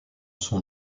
son